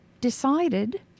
decided